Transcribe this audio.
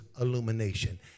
illumination